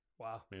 Wow